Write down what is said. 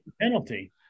Penalty